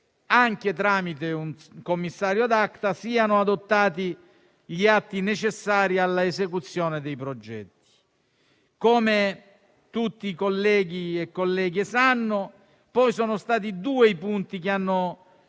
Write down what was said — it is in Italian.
anche tramite un commissario *ad acta*, siano adottati gli atti necessari all'esecuzione dei progetti. Come tutti i colleghi e le colleghe sanno, sono stati due i punti che